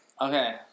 Okay